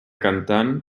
cantant